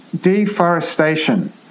deforestation